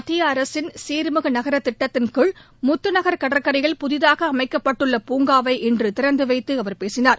மத்திய அரசின் சீர்மிகு நகரத் திட்டத்தின் கீழ் முத்துநகர் கடற்கரையில் புதிதாக அமைக்கப்பட்டுள்ள பூங்காவை இன்று திறந்து வைத்து அவர் பேசினார்